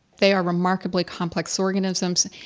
they are remarkably complex organisms.